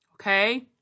okay